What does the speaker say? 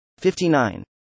59